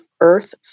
Earth